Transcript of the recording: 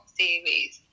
series